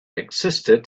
existed